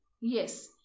Yes